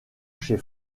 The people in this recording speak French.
chez